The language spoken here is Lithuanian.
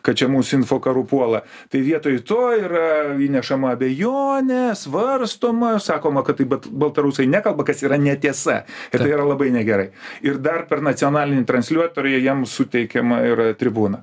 kad čia mus infokaru puola tai vietoj to yra įnešama abejonė svarstoma sakoma kad tai bat baltarusai nekalba kas yra netiesa ir tai yra labai negerai ir dar per nacionalinį transliuotoją jiem suteikiama yra tribūna